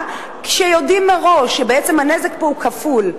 כשיודעים מראש שבעצם הנזק פה הוא כפול,